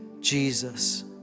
Jesus